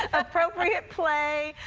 appropriate play.